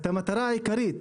את המטרה העיקרית,